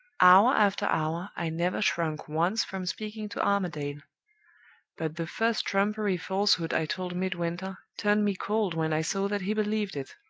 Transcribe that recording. hour after hour i never shrunk once from speaking to armadale but the first trumpery falsehood i told midwinter turned me cold when i saw that he believed it!